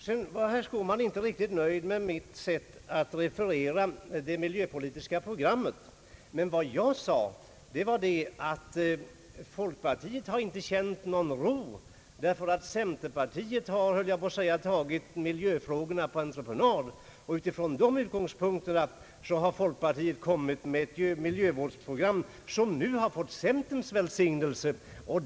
Sedan var herr Skårman inte riktigt nöjd med mitt sätt att referera det miljöpolitiska programmet. Men vad jag sade var att folkpartiet inte har känt någon ro därför att centerpartiet Ang. förslag till miljöskyddslag m.m. har tagit miljöfrågorna på entreprenad. Utifrån den utgångspunkten har folkpartiet kommit med ett miljövårdsprogram, som nu har fått centerns välsignelse.